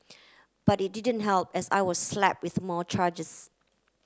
but it didn't help as I was slap with more charges